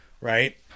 right